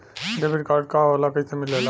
Debit card का होला कैसे मिलेला?